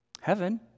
Heaven